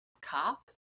cop